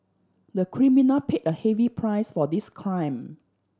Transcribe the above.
the criminal paid a heavy price for his crime